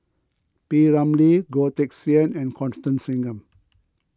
P Ramlee Goh Teck Sian and Constance Singam